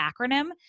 acronym